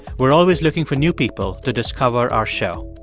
we're always looking for new people to discover our show.